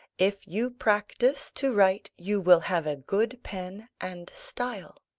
if you practise to write, you will have a good pen and style